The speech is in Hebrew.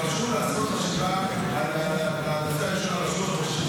העלינו את זה גם בוועדה ולצערי לא קיבלנו מענה מבחינת התמחור של זה.